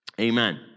amen